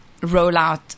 rollout